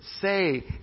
say